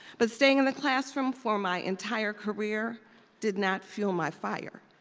but staying in the classroom for my entire career did not fuel my fire.